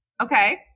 Okay